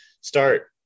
start